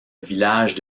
village